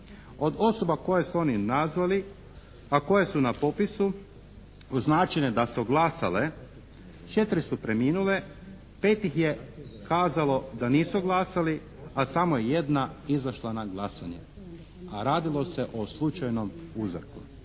Od osoba koje su oni nazvali, a koje su na popisu označene da su glasale četiri su preminule, pet ih je kazalo da nisu glasali, a samo je jedna izašla na glasanje, a radilo se o slučajnom uzorku.